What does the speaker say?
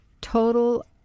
total